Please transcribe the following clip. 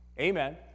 Amen